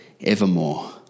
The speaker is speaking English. evermore